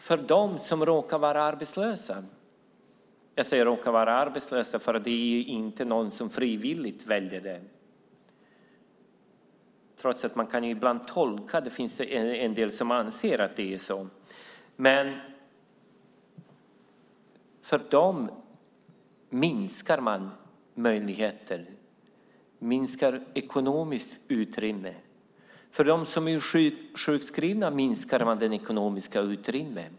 För dem som råkar vara arbetslösa - jag säger "råkar vara arbetslösa", för det är inte någon som frivilligt väljer det, trots att man ibland kan tolka det som att det finns en del som anser att det är så - minskar man möjligheten och det ekonomiska utrymmet. För dem som är sjukskrivna minskar man det ekonomiska utrymmet.